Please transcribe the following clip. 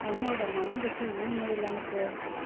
என்னோட மனைவிக்கு இமெயில் அனுப்பு